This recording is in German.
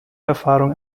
erfahrung